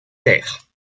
terres